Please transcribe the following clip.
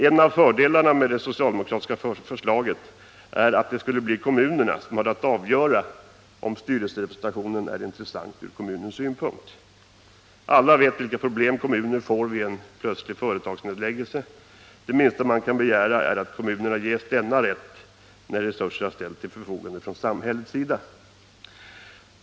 En av fördelarna med det socialdemokratiska förslaget är att det skulle bli kommunerna som hade att avgöra om styrelserepresentationen är intressant ur kommunens synpunkt. Alla vet vilka problem kommuner får vid en plötslig företagsnedläggelse. Det minsta man kan begära är att kommunerna ges den här rätten, när resurser har ställts till förfogande från samhällets sida.